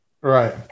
Right